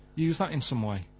use that in some way.